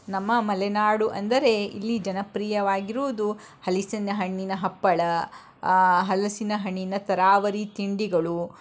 ನಮ್ಮ ಮಲೆನಾಡು ಎಂದರೆ ಇಲ್ಲಿ ಜನಪ್ರಿಯವಾಗಿರುವುದು ಹಲಸಿನ ಹಣ್ಣಿನ ಹಪ್ಪಳ ಹಲಸಿನ ಹಣ್ಣಿನ ತರಾವರಿ ತಿಂಡಿಗಳು